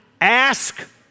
Ask